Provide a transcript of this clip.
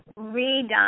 redone